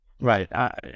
right